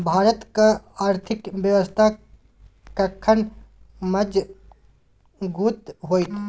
भारतक आर्थिक व्यवस्था कखन मजगूत होइत?